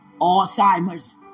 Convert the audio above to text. Alzheimer's